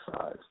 size